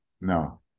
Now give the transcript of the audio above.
No